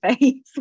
face